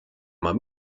oma